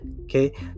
Okay